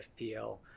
FPL